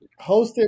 hosted